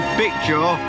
picture